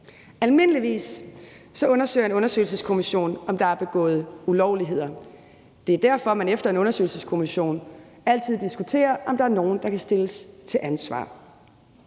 Almindeligvis undersøger en undersøgelseskommission, om der er begået ulovligheder. Det er derfor, at man efter en undersøgelseskommissions arbejde altid diskuterer, om der er nogen, der kan stilles til ansvar.